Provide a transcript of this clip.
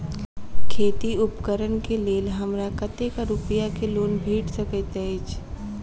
खेती उपकरण केँ लेल हमरा कतेक रूपया केँ लोन भेटि सकैत अछि?